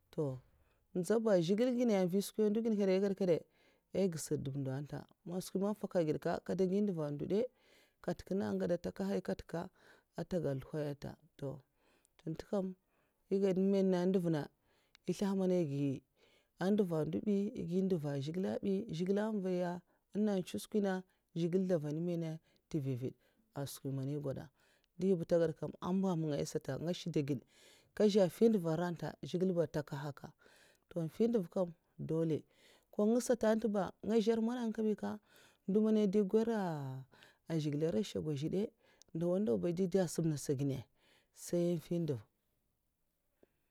Toh um mètsa ba zhigilè ginnè d nvo skwi ys ndo ginè èh gèd kabdaè' kwas' skwi man zhigilè u gaw ai gèd ai gsa dèm ndo tè kat nènga èhn gada taka nhayè ai gwod man skwi man faka gèd kam kè dagwi ndèv a ndo dè ko zhigilè dè? Katak nènga agada taka nhayè ka ataga sluhwayè nri to tèntè kam nèna ndèv na è slsha mènè ai gè'ndèv ndo bay ko ndèv a zhigilè azbay nènga anchèw skwi'nènga zhigilè dè van nsèffè' un mèna ntè vavèh' a skwi man èhgwod a ndohiba tègèdè kam amba manga'takahak'haka nkè zhè mfyi ndèv aranta sa zhigilè dè ta takhaka sataa amba walikabi'zhigilè dè takahak'haka nkè zhè mana dè gwara a zhikhilè aara nshogwa sa dè? Ndawa ndaw ba azuna adha as sam nènga manakw'sa mfyi ndèv